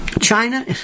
China